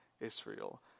Israel